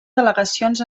delegacions